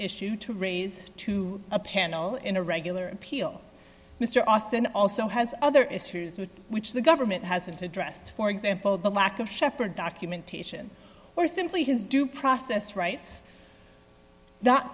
issue to raise to a panel in a regular appeal mr austin also has other issues which the government hasn't addressed for example the lack of shepherd documentation or simply his due process rights not